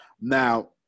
Now